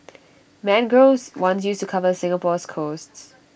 mangroves once used to cover Singapore's coasts